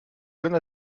jeune